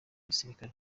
gisirikare